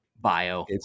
bio